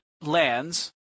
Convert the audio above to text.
lands